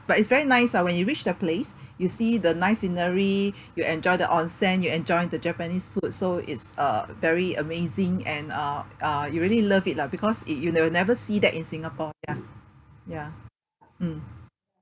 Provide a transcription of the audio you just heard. but it's very nice ah when you reach the place you see the nice scenery you enjoy the onsen you enjoy the japanese food so it's uh very amazing and uh uh you really love it lah because it you ne~ will never see that in singapore ya ya mm